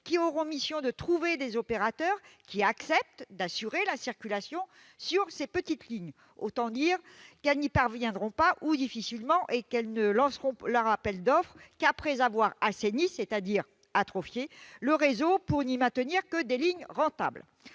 qui auront mission de trouver des opérateurs acceptant d'assurer la circulation sur ces petites lignes. Autant dire qu'elles n'y parviendront pas, ou difficilement, et qu'elles ne lanceront leurs appels d'offres qu'après avoir assaini- c'est-à-dire atrophié -le réseau, pour ne maintenir que les lignes rentables.